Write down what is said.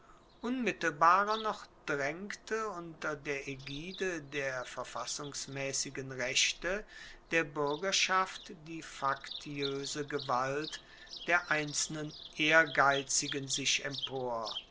unmittelbarer noch draengte unter der aegide der verfassungsmaessigen rechte der buergerschaft die faktioese gewalt der einzelnen ehrgeizigen sich empor